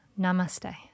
Namaste